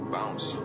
Bounce